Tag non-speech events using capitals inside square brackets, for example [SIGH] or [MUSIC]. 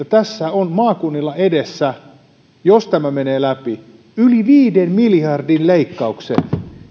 [UNINTELLIGIBLE] tässä on maakunnilla edessä jos tämä menee läpi yli viiden miljardin leikkaukset